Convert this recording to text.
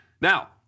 now